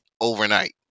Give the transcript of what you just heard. overnight